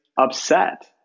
upset